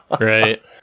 right